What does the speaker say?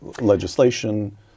legislation